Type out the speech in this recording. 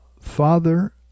Father